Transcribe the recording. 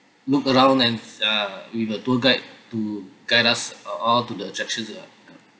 look around and uh with a tour guide to guide us all to the attractions ya ya